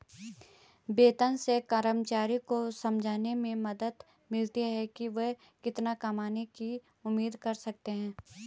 वेतन से कर्मचारियों को समझने में मदद मिलती है कि वे कितना कमाने की उम्मीद कर सकते हैं